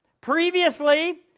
Previously